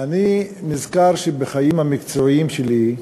אני נזכר שבחיים המקצועיים שלי,